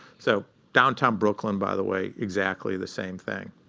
so downtown brooklyn, by the way, exactly the same thing.